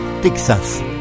Texas